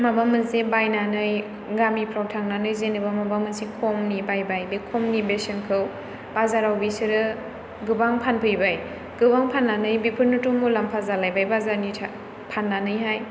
माबा मोनसे बायनायनानै गामिफ्राव थांनानै जेन'बा माबा मोनसे खमनि बायबाय बे खमनि बेसेनखौ बाजाराव बिसोरो गोबां फानफैबाय गोबां फाननानै बेफोरनोथ' मुलाम्फा जालायबाय बाजारनि फाननानैहाय